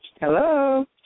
hello